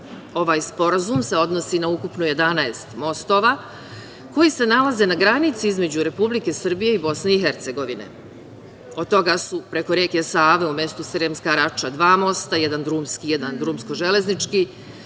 Ovaj Sporazum se odnosi na ukupno 11 mostova koji se nalaze na granici između Republike Srbije i Bosne i Hercegovine. Od toga su preko reke Save u mestu Sremske Rača dva mosta, jedan drumski, jedan drumsko-železnički.